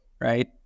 right